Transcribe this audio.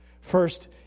First